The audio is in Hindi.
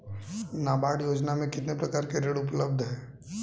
नाबार्ड योजना में कितने प्रकार के ऋण उपलब्ध हैं?